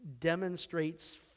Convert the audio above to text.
demonstrates